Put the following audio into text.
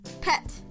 Pet